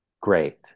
great